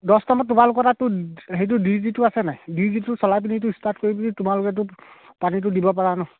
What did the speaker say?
দস্তুৰমত তোমালোকৰ তাততো সেইটো ডি জিটো আছে নাই ডি জিটো চলাই পিনিতো ষ্টাৰ্ট কৰি পিনি তোমালোকেতো পানীটো দিব পাৰা নহ্